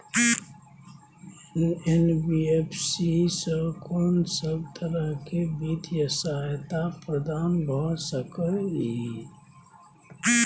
NBFC स कोन सब तरह के वित्तीय सहायता प्रदान भ सके इ? इ